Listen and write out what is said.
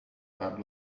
while